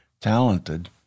talented